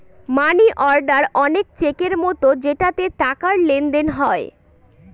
মানি order অনেক চেকের মতো যেটাতে টাকার লেনদেন হয়